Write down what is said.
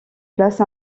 place